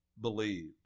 believed